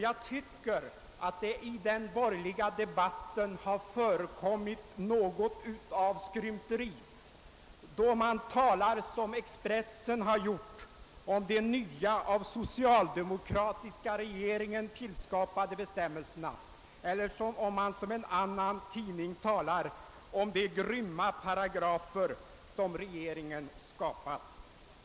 Jag tycker att det i den borgerliga debatten har förekommit något av skrymteri då man, som Expressen har gjort, talar om de nya av den socialdemokratiska regeringen skapade bestämmelserna eller då man, som en annan tidning har gjort, talar om de grymma paragrafer som regeringen har skapat.